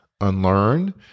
unlearn